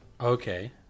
Okay